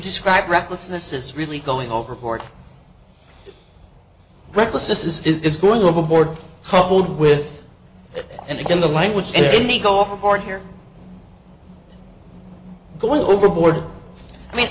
describe recklessness is really going overboard reckless this is going overboard coupled with and again the language and then they go off the board here going overboard i mean